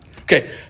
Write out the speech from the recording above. Okay